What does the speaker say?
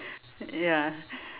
ya